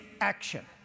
action